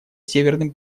северным